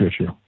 issue